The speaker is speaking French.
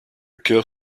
cœur